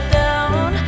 down